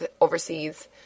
overseas